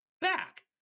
back